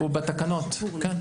הוא בתקנות כן.